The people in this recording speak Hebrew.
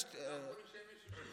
אמרו לי שיש מישהו שיפרגן